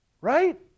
Right